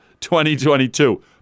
2022